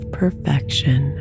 perfection